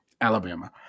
Alabama